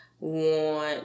want